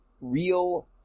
real